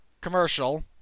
Commercial